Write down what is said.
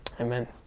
Amen